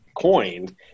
coined